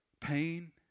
Pain